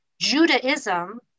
Judaism